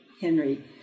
Henry